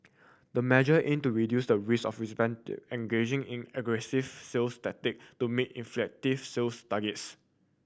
the measure aim to reduce the risk of representative engaging in aggressive sales tactic to meet inflated sales targets